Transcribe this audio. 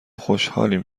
خوشحالیم